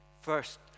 First